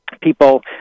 people